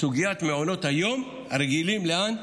את סוגיית מעונות היום הרגילים, לאן?